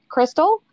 Crystal